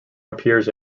appears